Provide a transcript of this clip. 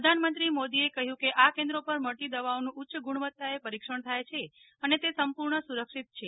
પ્રધાનમંત્રી મોદીએ કહ્યું કે આ કેન્દ્રો પર મળતી દવાઓનું ઉચ્ચ ગુણવત્તાએ પરીક્ષણ થાય છે અને તે સંપૂર્ણ સુરક્ષિત છે